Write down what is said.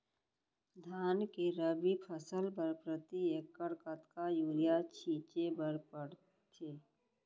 धान के रबि फसल बर प्रति एकड़ कतका यूरिया छिंचे बर पड़थे?